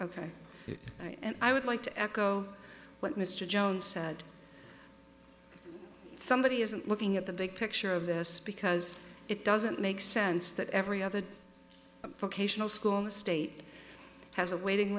ok and i would like to echo what mr jones said somebody isn't looking at the big picture of this because it doesn't make sense that every other school in the state has a waiting